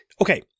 Okay